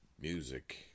music